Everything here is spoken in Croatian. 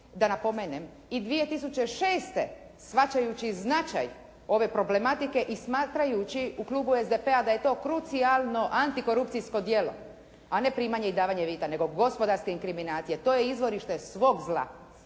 Da napomenem, i 2006. shvaćajući značaj ove problematike i smatrajući u klubu SDP-a da je to krucijalno antikorupcijsko djelo, a ne primanje i davanje mita, nego gospodarske inkriminacije. To je izvorište svog zla.